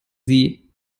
sie